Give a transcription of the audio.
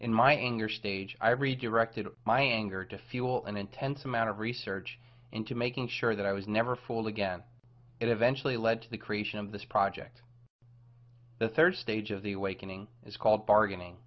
in my anger stage i redirected my anger to fuel an intense amount of research into making sure that i was never fooled again and eventually led to the creation of this project the third stage of the awakening is called bargaining